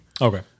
Okay